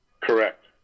Correct